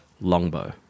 longbow